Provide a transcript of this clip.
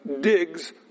digs